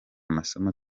masomo